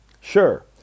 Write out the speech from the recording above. Sure